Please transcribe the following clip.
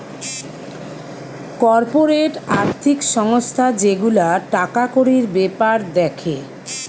corporate আর্থিক সংস্থা যে গুলা টাকা কড়ির বেপার দ্যাখে